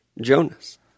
Jonas